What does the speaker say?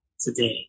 today